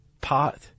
pot